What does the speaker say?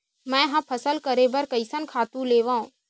मैं ह फसल करे बर कइसन खातु लेवां?